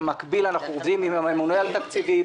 במקביל אנחנו עובדים עם הממונה על התקציבים,